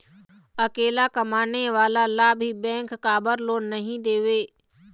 अकेला कमाने वाला ला भी बैंक काबर लोन नहीं देवे?